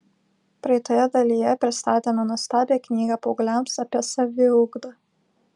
praeitoje dalyje pristatėme nuostabią knygą paaugliams apie saviugdą